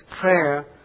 prayer